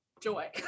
joy